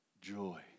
joy